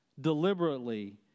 deliberately